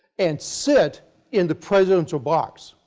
and sit in the presidential box,